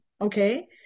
Okay